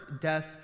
death